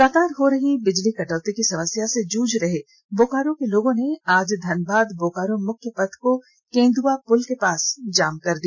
लगातार हो रही बिजली कटौती की समस्या से जूझ रहे बोकारो के लोगों ने आज धनबाद बोकारो मुख्य पथ को केंदुआ पुल के पास जाम कर दिया